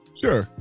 sure